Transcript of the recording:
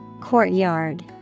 Courtyard